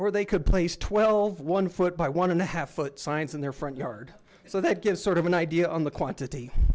or they could place twelve one foot by one and a half foot science in their front yard so that gives sort of an idea on the quantity